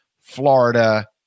Florida